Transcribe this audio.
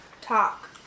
Talk